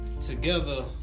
together